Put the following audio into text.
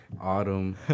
Autumn